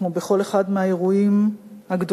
כמו בכל אחד מהאירועים הגדולים,